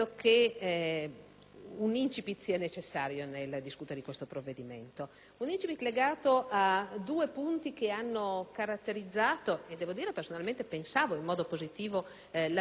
un *incipit* legato a due punti che hanno caratterizzato - e devo dire personalmente pensavo in modo positivo - l'avvio dell'attività del Governo. Mi riferisco alla semplificazione normativa,